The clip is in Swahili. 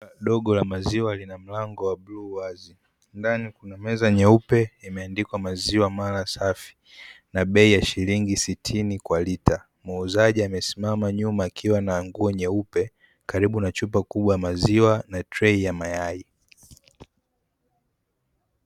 Duka dogo la maziwa lina mlango wa bluu wazi, ndani kuna meza nyeupe imeandikwa maziwa mala safi na bei ya shillingi sitini kwa lita muuzaji amesimama nyuma akiwa na nguo nyeupe karibu na chupa kubwa ya maziwa na treyi ya mayai.